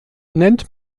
nennt